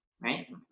right